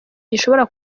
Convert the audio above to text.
gishobora